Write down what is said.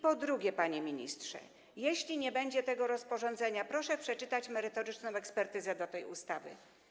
Po drugie, panie ministrze - jeśli nie będzie tego rozporządzenia - proszę przeczytać merytoryczną ekspertyzę dotyczącą tej ustawy.